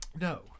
No